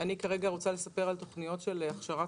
כרגע אני רוצה לספר על תוכניות של הכשרת